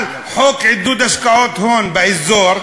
על חוק עידוד השקעות הון באזור,